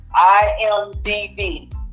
IMDb